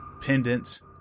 pendants